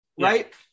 right